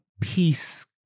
peace